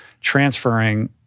transferring